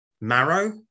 Marrow